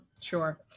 Sure